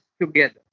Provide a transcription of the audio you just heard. together